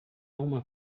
uma